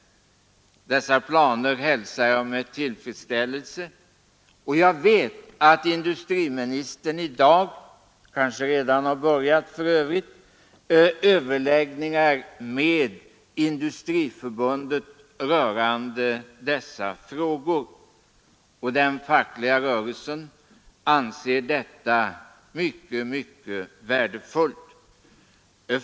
Jag hälsar dessa planer med tillfredsställelse, och jag vet att industriministern i dag — kanske har han redan börjat — har överläggningar med Industriförbundet rörande dessa frågor. Den fackliga rörelsen anser detta mycket värdefullt.